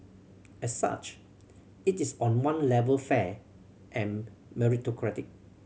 as such it is on one level fair and meritocratic